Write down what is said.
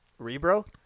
Rebro